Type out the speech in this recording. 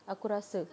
aku rasa